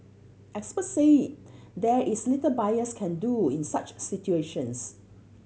experts said there is little buyers can do in such situations